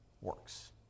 works